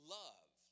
love